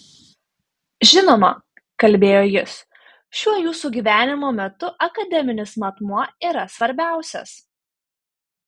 žinoma kalbėjo jis šiuo jūsų gyvenimo metu akademinis matmuo yra svarbiausias